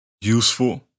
useful